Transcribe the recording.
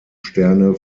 sterne